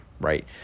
right